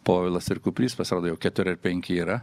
povilas ir kuprys pasirodo jau keturi penki yra